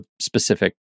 specific